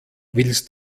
willst